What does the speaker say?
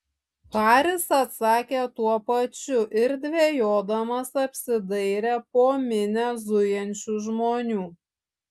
haris atsakė tuo pačiu ir dvejodamas apsidairė po minią zujančių žmonių